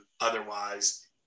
otherwise